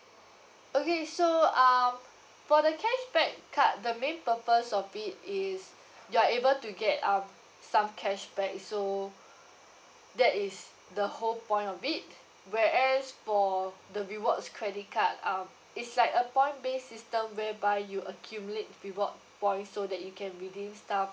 okay so um for the cashback card the main purpose of it is you're able to get um some cashback so that is the whole point of it whereas for the rewards credit card um it's like a point based system whereby you accumulate reward point so that you can redeem stuff